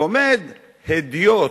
ועומד הדיוט,